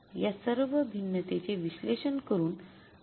या सर्व भिन्नतेचे विश्लेषण करून आपल्याला ते शोधावे लागेल